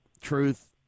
truth